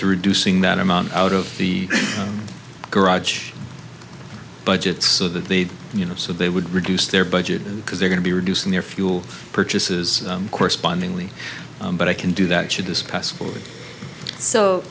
to reducing that amount out of the garage budget so that the you know so they would reduce their budget because they're going to be reducing their fuel purchases correspondingly but i can do that should this poss